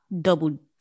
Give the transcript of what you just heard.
double